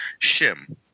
Shim